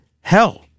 hell